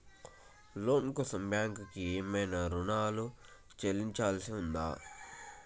లోను కోసం బ్యాంక్ కి ఏమైనా రుసుము చెల్లించాల్సి ఉందా?